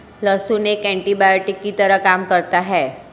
लहसुन एक एन्टीबायोटिक की तरह काम करता है